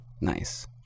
nice